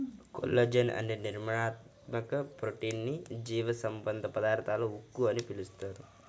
collagen అనే నిర్మాణాత్మక protein ని జీవసంబంధ పదార్థాల ఉక్కు అని పిలుస్తారు